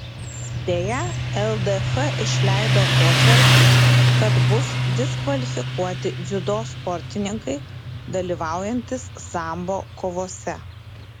deja ldf išleido potvarkį kad bus diskvalifikuoti dziudo sportininkai dalyvaujantys sambo kovose